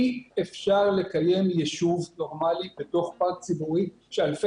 אי אפשר לקיים ישוב נורמלי בתוך פארק ציבורי שאלפי